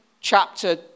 chapter